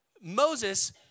Moses